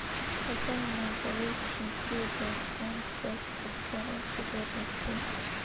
फसल म दव ई छीचे बर कोन कस उपकरण सुघ्घर रथे?